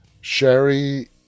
Sherry